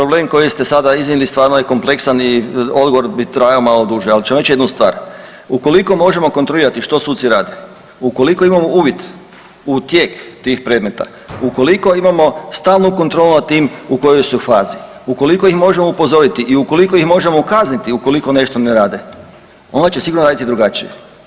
Problem koji ste sada iznijeli stvarno je kompleksan i odgovor bi trajao malo duže, ali ću vam reći jednu stvar, ukoliko možemo kontrolirati što suci rade, ukoliko imamo uvid u tijek tih predmeta, ukoliko imamo stalnu kontrolu nad tim u kojoj su fazi, ukoliko ih možemo upozoriti i ukoliko ih možemo kazniti ukoliko nešto ne rade onda će sigurno raditi drugačije.